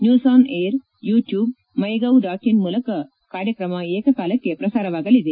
news on AIR YouTube ಮ್ನೆ gov dot in ಮೂಲಕ ಈ ಕಾರ್ಯಕ್ರಮ ಏಕಕಾಲಕ್ಕೆ ಪ್ರಸಾರವಾಗಲಿದೆ